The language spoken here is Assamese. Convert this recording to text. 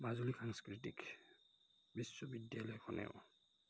মাজুলী সাংস্কৃতিক বিশ্ববিদ্যালয়খনেও